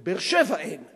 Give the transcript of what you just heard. בבאר-שבע, אין.